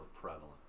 prevalent